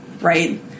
right